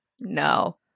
No